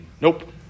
Nope